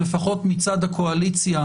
שלפחות מצד הקואליציה,